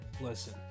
Listen